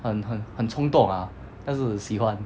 很很很冲动啊但是喜欢